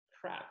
crap